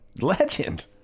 Legend